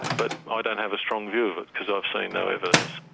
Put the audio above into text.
but i don't have a strong view of it, because i've seen no evidence.